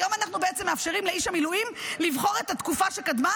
היום אנחנו בעצם מאפשרים לאיש המילואים לבחור את התקופה שקדמה,